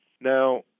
Now